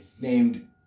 named